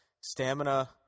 stamina